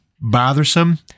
bothersome